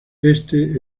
este